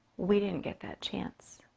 we didn't get that chance.